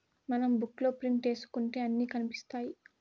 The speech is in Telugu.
మనం బుక్ లో ప్రింట్ ఏసుకుంటే అన్ని కనిపిత్తాయి